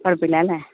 കുഴപ്പമില്ല അല്ലേ